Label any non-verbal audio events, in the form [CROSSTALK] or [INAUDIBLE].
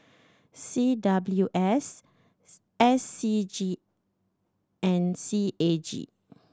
C W S [UNINTELLIGIBLE] S C G and C A G